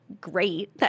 great